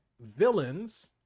villains